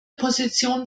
position